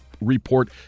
report